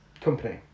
company